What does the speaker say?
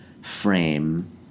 frame